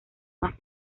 más